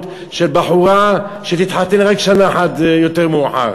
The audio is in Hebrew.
של בחורה שתתחתן רק שנה אחת יותר מאוחר.